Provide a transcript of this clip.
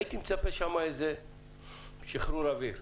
הייתי מצפה שם לשחרור אוויר.